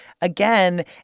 again